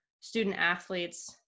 student-athletes